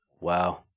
wow